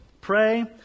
pray